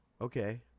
Okay